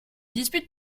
dispute